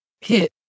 hit